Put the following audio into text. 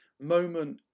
moment